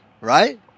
Right